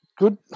Good